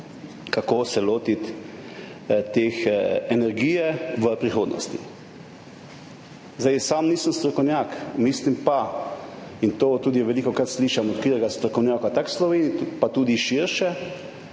kako se lotiti energije v prihodnosti. Sam nisem strokovnjak, mislim pa, in to tudi velikokrat slišim od katerega strokovnjaka, tako v Sloveniji kot tudi širše,